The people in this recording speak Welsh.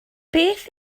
beth